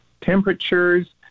temperatures